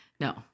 No